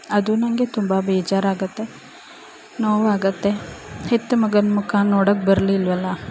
ಅದು ನನಗೆ ತುಂಬ ಬೇಜಾರಾಗುತ್ತೆ ನೋವಾಗುತ್ತೆ ಹೆತ್ತ ಮಗನ ಮುಕ ನೋಡೋಕೆ ಬರಲಿಲ್ವಲ್ಲ